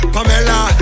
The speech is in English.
Pamela